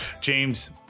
James